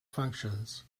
functions